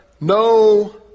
no